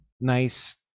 nice